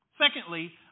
Secondly